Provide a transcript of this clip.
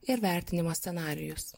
ir vertinimo scenarijus